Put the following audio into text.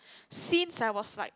since I was like